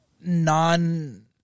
non